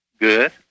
good